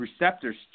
receptors